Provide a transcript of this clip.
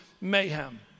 mayhem